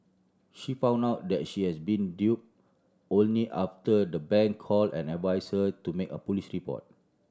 she found out that she has been dupe only after the bank call and advise her to make a police report